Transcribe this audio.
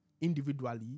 individually